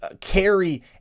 carry